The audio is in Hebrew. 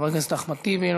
חבר הכנסת אחמד טיבי,